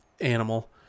animal